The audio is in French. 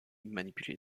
manipuler